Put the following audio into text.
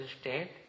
state